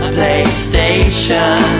PlayStation